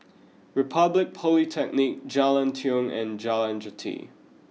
Republic Polytechnic Jalan Tiong and Jalan Jati